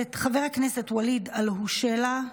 חבר הכנסת ואליד אלהואשלה,